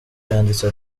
yanditse